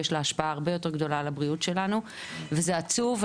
כלומר יש לה השפעה יותר גדולה על הבריאות שלנו וזה עצוב,